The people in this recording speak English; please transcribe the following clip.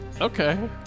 Okay